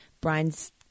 brian's